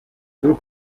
зөв